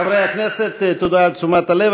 חברי הכנסת, תודה על תשומת הלב.